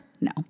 No